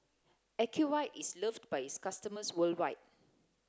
ocuvite is loved by its customers worldwide